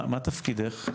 מה תפקידך?